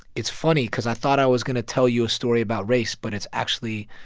it's funny cause i thought i was going to tell you a story about race. but it's actually,